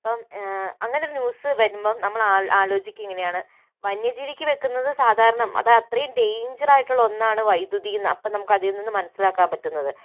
അപ്പോൾ അങ്ങനെ ന്യൂസ് വരുമ്പോൾ നമ്മള് ആലോചിക്കുക ഇങ്ങനെയാണ് വന്യ ജീവിക്ക് വെക്കുന്നത് സാധാരണം അത് അത്രയും ഡേയ്ഞ്ചർ ആയിട്ടുള്ള ഒന്നാണ് വൈദ്യുതി അപ്പോൾ അതിൽ നിന്ന് നമുക്ക് മനസിലാക്കാൻ പറ്റുന്നത്